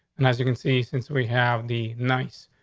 and as you can see, since we have the ninth, ah,